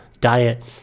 diet